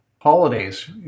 holidays